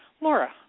Laura